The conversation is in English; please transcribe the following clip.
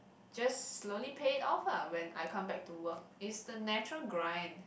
just slowly pay it off lah when I come back to work it's the natural grind